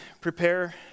prepare